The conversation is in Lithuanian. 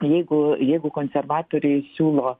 jeigu jeigu konservatoriai siūlo